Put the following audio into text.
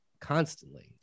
constantly